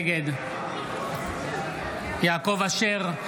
נגד יעקב אשר,